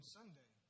Sunday